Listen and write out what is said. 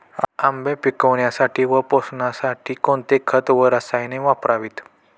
आंबे पिकवण्यासाठी व पोसण्यासाठी कोणते खत व रसायने वापरावीत?